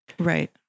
Right